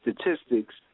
statistics